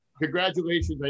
congratulations